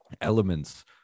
elements